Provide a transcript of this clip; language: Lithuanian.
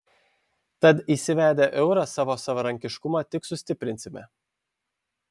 tad įsivedę eurą savo savarankiškumą tik sustiprinsime